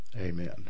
Amen